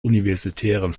universitären